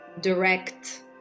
direct